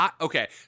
Okay